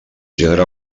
gènere